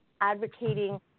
advocating